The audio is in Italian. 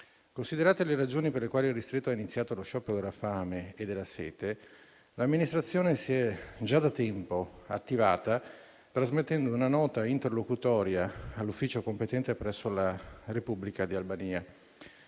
Considerate le ragioni per le quali il ristretto ha iniziato lo sciopero della fame e della sete, l'amministrazione si è già da tempo attivata trasmettendo una nota interlocutoria all'ufficio competente presso la Repubblica di Albania